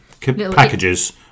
Packages